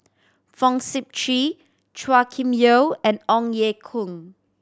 Fong Sip Chee Chua Kim Yeow and Ong Ye Kung